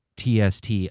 TST